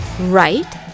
right